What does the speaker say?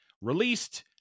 released